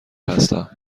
هستم